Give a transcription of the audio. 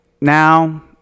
now